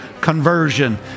conversion